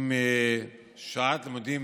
עם שעת לימודים